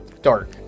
Dark